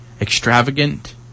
extravagant